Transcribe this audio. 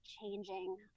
changing